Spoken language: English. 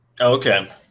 Okay